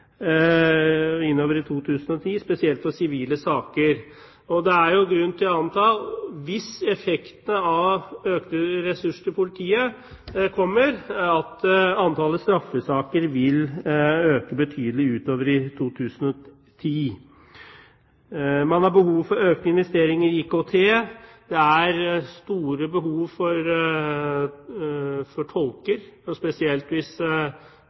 innover i 2010, spesielt for sivile saker. Og det er jo grunn til å anta at hvis effektene av økte ressurser til politiet kommer, vil antallet straffesaker øke betydelig utover i 2010. Man har behov for økte investeringer i IKT, og det er store behov for tolker. Spesielt hvis